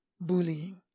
bullying